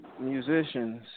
musicians